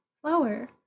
flower